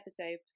episode